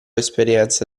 esperienza